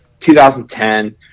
2010